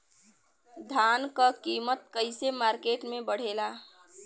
धान क कीमत कईसे मार्केट में बड़ेला?